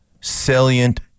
Salient